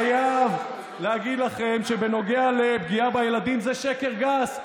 חייב להגיד לכם שבנוגע לפגיעה בילדים זה שקר גס,